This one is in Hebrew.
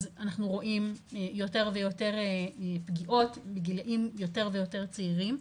אז אנחנו רואים יותר ויותר פגיעות בגילאים יותר ויותר צעירים.